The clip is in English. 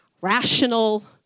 rational